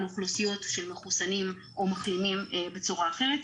אוכלוסיות של מחוסנים או מחלימים בצורה אחרת.